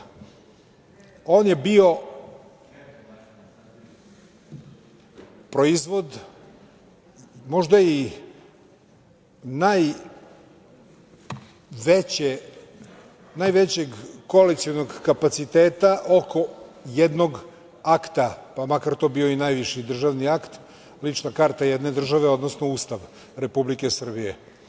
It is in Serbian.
On je bio proizvod, možda i najvećeg koalicionog kapaciteta oko jednog akta, pa makar to bio i najviši državni akt, lična karta jedne države, odnosno Ustav Republike Srbije.